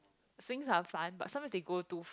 swings are fun but sometimes they go too